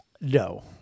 No